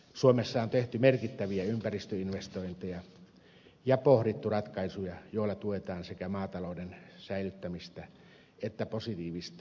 suomessa on tehty merkittäviä ympäristöinvestointeja ja pohdittu ratkaisuja joilla tuetaan sekä maatalouden säilyttämistä että positiivista ympäristökehitystä